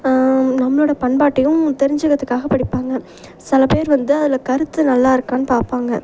நம்மளோட பண்பாட்டையும் தெரிஞ்சுக்கிறதுக்காக படிப்பாங்க சில பேர் வந்து அதில் கருத்து நல்லாயிருக்கானு பார்ப்பாங்க